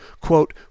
quote